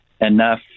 enough